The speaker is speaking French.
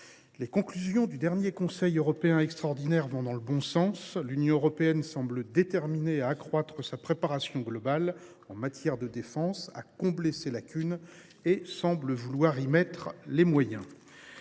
Les conclusions du dernier Conseil européen extraordinaire vont dans le bon sens. L’Union européenne semble déterminée à accroître sa préparation globale en matière de défense et à combler ses lacunes. Elle semble aussi vouloir y mettre les moyens.